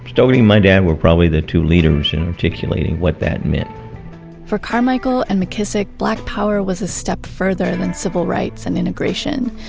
stokely and my dad were probably the two leaders in articulating what that meant for carmichael and mckissick black power was a step further than civil rights and integration.